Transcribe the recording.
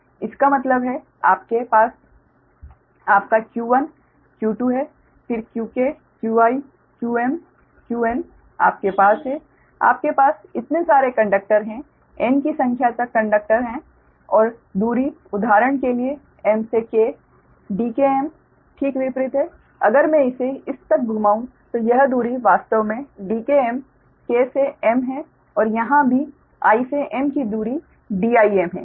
इसका मतलब है आपके पास आपका q1 q2 है फिर qk qi qm qn आपके पास है आपके पास इतने सारे कंडक्टर हैं n की संख्या तक कंडक्टर हैं और दूरी उदाहरण के लिए m से k Dkm ठीक विपरीत है अगर मैं इसे इस तरह घुमाऊं तो यह दूरी वास्तव में Dkm k से m है और यहाँ भी I से m की दूरी Dim है